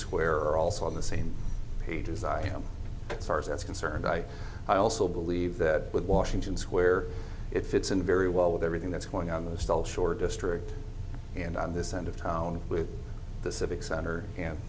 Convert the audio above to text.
square are also on the same page as i am it's ours that's concerned i i also believe that with washington square it fits in very well with everything that's going on the style short district and on this end of town with the civic center and